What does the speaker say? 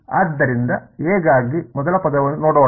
ಆದ್ದರಿಂದ ಎ ಗಾಗಿ ಮೊದಲ ಪದವನ್ನು ನೋಡೋಣ